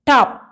Top